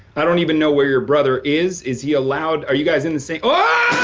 i don't even know where your brother is. is he allowed? are you guys in the same. oh,